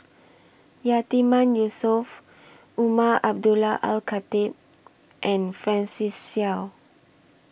Yatiman Yusof Umar Abdullah Al Khatib and Francis Seow